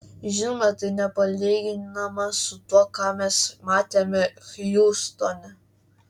žinoma tai nepalyginama su tuo ką mes matėme hjustone